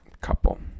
couple